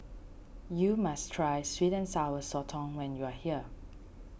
you must try sweet and Sour Sotong when you are here